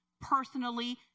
personally